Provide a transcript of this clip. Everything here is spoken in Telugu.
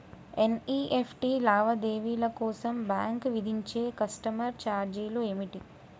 ఎన్.ఇ.ఎఫ్.టి లావాదేవీల కోసం బ్యాంక్ విధించే కస్టమర్ ఛార్జీలు ఏమిటి?